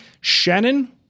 Shannon